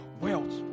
wealth